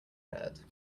prepared